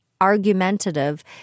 argumentative